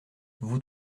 vous